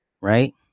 right